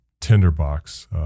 tinderbox